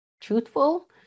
truthful